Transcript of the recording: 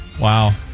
Wow